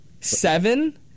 Seven